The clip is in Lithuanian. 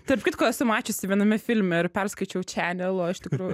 tarp kitko esu mačiusi viename filme ir perskaičiau čenel o iš tikrųjų